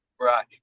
Right